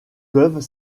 peuvent